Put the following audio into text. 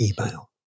email